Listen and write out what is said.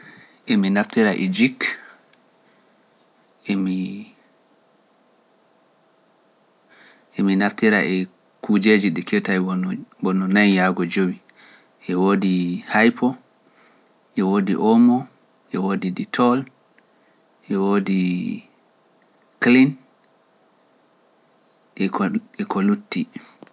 Emi naftira e jik, emi naftira e kuujeji ɗi kewtay bono nayi yaago jowi, e woodi hypo, e woodi omo, e woodi dettol, e woodi klin, e ko lutti.